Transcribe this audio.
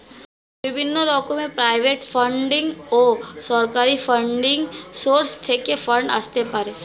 বিভিন্ন রকমের private funding ও সরকারি ফান্ডিং সোর্স থেকে ফান্ড আসতে পারে